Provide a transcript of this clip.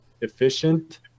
efficient